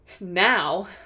now